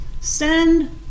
send